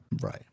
Right